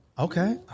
Okay